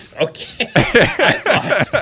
okay